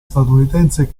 statunitense